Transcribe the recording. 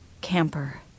Camper